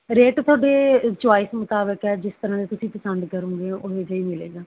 rate ਤੁਹਾਡੇ choice ਮੁਤਾਬਿਕ ਹੈ ਜਿਸ ਤਰ੍ਹਾਂ ਦੇ ਤੁਸੀਂ ਪਸੰਦ ਕਰੋਂਗੇ ਉਹੋ ਜਿਹਾ ਹੀ ਮਿਲੇਗਾ